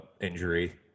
injury